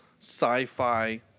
sci-fi